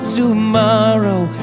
tomorrow